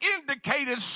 indicated